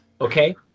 Okay